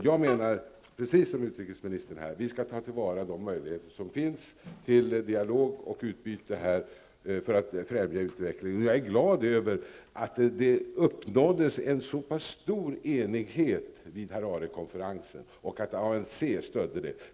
Jag menar, precis som utrikesministern, att vi skall ta vara på de möjligheter som vi nu har till dialog och utbyte för att främja utvecklingen. Jag är glad över att det uppnåddes en så pass stor enighet vid Hararekonferensen och att ANC stödde den.